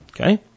Okay